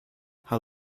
how